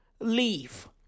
leave